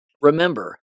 Remember